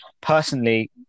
personally